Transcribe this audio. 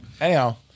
Anyhow